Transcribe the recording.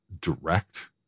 direct